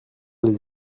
les